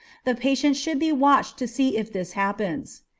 the patient should be watched to see if this happens.